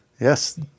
Yes